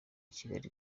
kigali